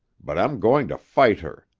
but i'm going to fight her.